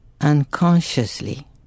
unconsciously